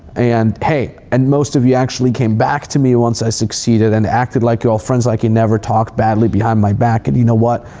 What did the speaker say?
and hey, and most of you actually came back to me once i succeeded and acted like you're all friends, like you never talked badly behind my back. and you know what?